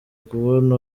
kubona